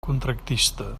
contractista